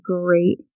great